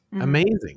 Amazing